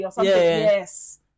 Yes